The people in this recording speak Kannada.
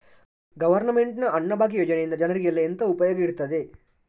ಗವರ್ನಮೆಂಟ್ ನ ಅನ್ನಭಾಗ್ಯ ಯೋಜನೆಯಿಂದ ಜನರಿಗೆಲ್ಲ ಎಂತ ಉಪಯೋಗ ಇರ್ತದೆ?